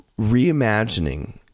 reimagining